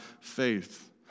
faith